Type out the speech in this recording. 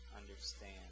understand